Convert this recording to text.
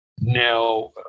now